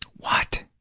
what?